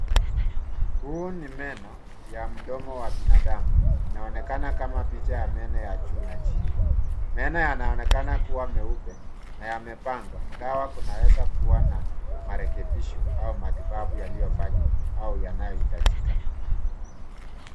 Huu ni meno ya mdomo wa binadamu. Inaonekana kama picha ya meno ya juu na chini. Meno yanaonekana kuwa meupe na yamepangwa ingawa kunaweza kuwa na marekebisho au matibabu yaliyofanywa au yanayohitajika.